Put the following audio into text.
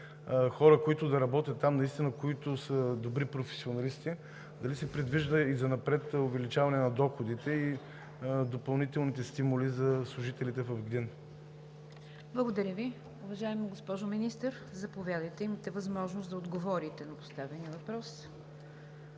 хора, които да работят там, които са добри професионалисти? Дали се предвижда и занапред увеличаване на доходите и допълнителните стимули за служителите в ГДИН? ПРЕДСЕДАТЕЛ НИГЯР ДЖАФЕР: Благодаря Ви. Уважаема госпожо Министър, заповядайте. Имате възможност да отговорите на поставения въпрос.